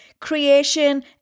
creation